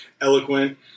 eloquent